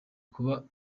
kuba